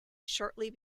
shortly